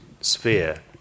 sphere